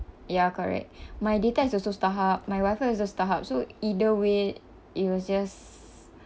ya correct my data is also Starhub my wifi also Starhub so either way it was just